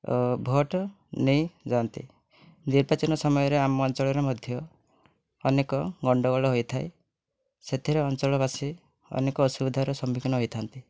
vote ନେଇଯାଆନ୍ତି ନିର୍ବାଚନ ସମୟରେ ଆମ ଅଞ୍ଚଳରେ ମଧ୍ୟ ଅନେକ ଗଣ୍ଡଗୋଳ ହୋଇଥାଏ ସେଥିରେ ଅଞ୍ଚଳବାସୀ ଅନେକ ଅସୁବିଧାର ସମ୍ମୁଖୀନ ହୋଇଥାନ୍ତି